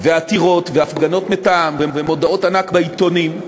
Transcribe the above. עתירות, הפגנות מטעם ומודעות ענק בעיתונים,